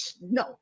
no